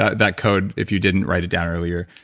ah that code, if you didn't write it down earlier,